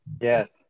yes